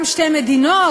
גם שתי מדינות,